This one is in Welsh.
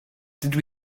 dydw